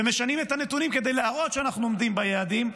ומשנים את הנתונים כדי להראות שאנחנו עומדים ביעדים,